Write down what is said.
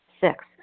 Six